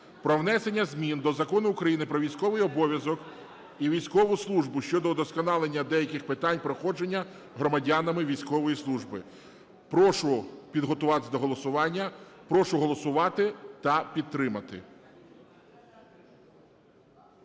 про внесення змін до Закону України "Про військовий обов'язок і військову службу" щодо удосконалення деяких питань проходження громадянами військової служби. Прошу підготуватися до голосування. Прошу голосувати та підтримати.